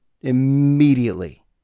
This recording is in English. Immediately